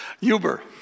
Uber